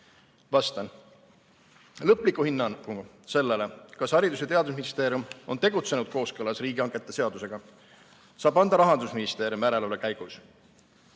Vastan. Lõpliku hinnangu sellele, kas Haridus‑ ja Teadusministeerium on tegutsenud kooskõlas riigihangete seadusega, saab anda Rahandusministeerium järelevalve käigus.